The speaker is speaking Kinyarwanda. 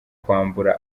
kwambura